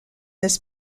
this